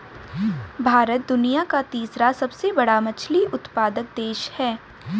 भारत दुनिया का तीसरा सबसे बड़ा मछली उत्पादक देश है